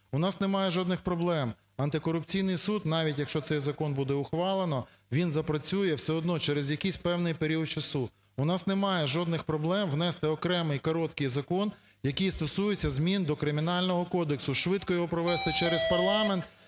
У нас немає жодних проблем, антикорупційний суд, навіть якщо цей закон буде ухвалено, він запрацює все одно через якийсь певний період часу. У нас немає жодних проблем внести окремий короткий закон, який стосується змін до Кримінального кодексу, швидко його провести через парламент,